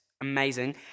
amazing